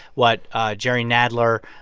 what jerry nadler,